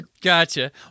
Gotcha